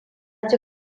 ji